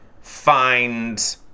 find